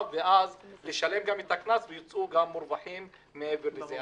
ואז לשלם גם את הקנס ולצאת מורווחות גם מעבר לזה.